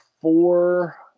four